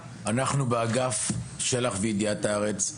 אבל שם מספרים להם סיפור אחר.